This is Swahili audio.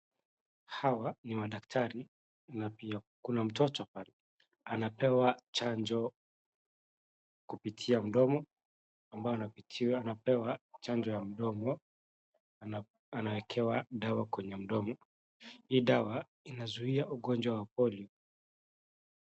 Hawa ni wadaktari na pia kuna mtoto pale anapewa chanjo kupitia mdomo ambao unapitiwa anapewa chanjo ya mdomo. Anawekewa dawa kwenye mdomo. Hii dawa inazuia ugonjwa wa polio.